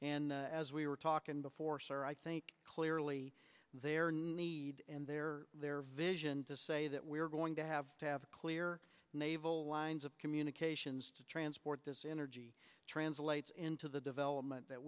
and as we were talking before sir i think clearly there needs and their their vision to say that we're going to have to have a clear naval lines of communications to transport this energy translates into the development that